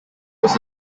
was